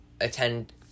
attend